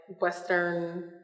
western